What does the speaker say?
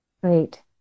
great